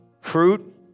fruit